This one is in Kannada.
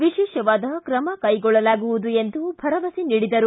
ವಿಶೇಷವಾದ ಕ್ರಮ ಕೈಗೊಳ್ಳಲಾಗುವುದು ಎಂದು ಭರವಸೆ ನೀಡಿದರು